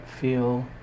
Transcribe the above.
feel